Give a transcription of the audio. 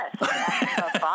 yes